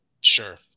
sure